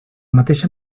mateixa